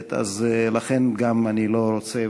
לכן אני גם לא רוצה,